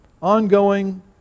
Ongoing